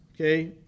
okay